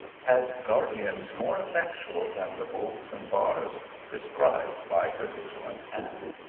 had guardians more effectual than the bolts and bars prescribed by her vigilant aunt.